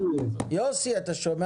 יוסי, יש לי